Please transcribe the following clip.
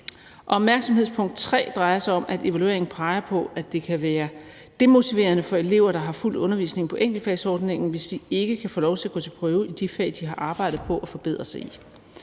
Opmærksomhedspunkt nr. 3 drejer sig om, at evalueringen peger på, at det kan være demotiverende for elever, der har fulgt undervisningen på enkeltfagsordningen, hvis de ikke kan få lov til at gå til prøve i de fag, de har arbejdet på at forbedre sig i.